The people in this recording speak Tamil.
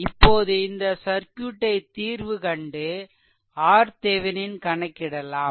இப்போது இந்த சர்க்யூட்டை தீர்வு கண்டு RThevenin கணக்கிடலாம்